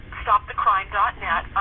stopthecrime.net